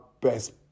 best